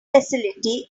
facility